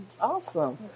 Awesome